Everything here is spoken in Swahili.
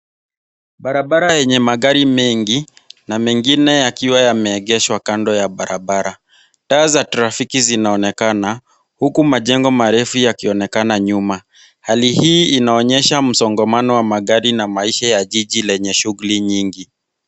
Barabara yenye magari mengi. Na mengine yakiwa yameegeshwa kando ya barabara. Taa za trafiki zinaonekana. Huku majengo marefu yakionekana nyuma. Hali hii inaonyesha msongomano wa magari na maisha ya jiji lenye shughuli nyingi.